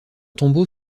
tombeau